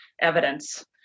evidence